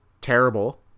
terrible